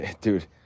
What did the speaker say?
Dude